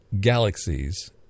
galaxies